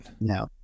No